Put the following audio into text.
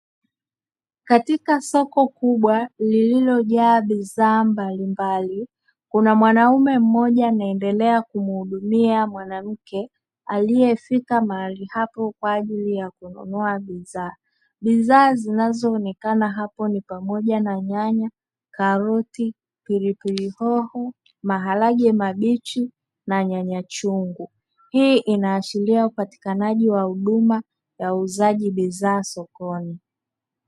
Katika soko kubwa lililo jaa bidhaa mbalimbali, kuna mwanaume mmoja anaendelea kumhudumia mwanamke aliyefika mahali hapo, kwa ajili ya kununua bidhaa. Bidhaa zinazoonekana hapo ni pamoja na nyanya, karoti, pilipili hoho, maharage mabichi na nyanya chungu. Hii inaashiria upatikanaji wa huduma ya uuzaji bidhaa sokoni.